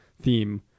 theme